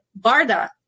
BARDA